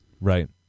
right